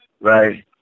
right